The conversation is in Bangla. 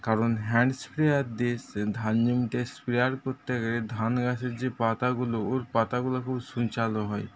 কারণ হ্যান্ড স্প্রেয়ার দিয়ে ধান জমিতে স্প্রেয়ার করতে গেলে ধান গাছের যে পাতাগুলো ওর পাতাগুলো খুব সূচালো হয়